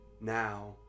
Now